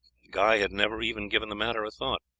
guy had never even given the matter a thought.